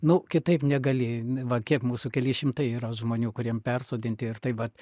nu kitaip negali va kiek mūsų keli šimtai yra žmonių kuriem persodinti ir tai vat